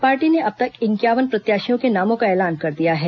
party ने अब तक इंक्यावन प्रत्याशियों के नामों का ऐलान कर दिया है